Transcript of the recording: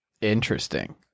Interesting